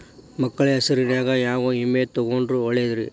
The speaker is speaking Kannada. ಮಕ್ಕಳ ಹೆಸರಿನ್ಯಾಗ ಯಾವ ವಿಮೆ ತೊಗೊಂಡ್ರ ಒಳ್ಳೆದ್ರಿ?